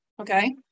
Okay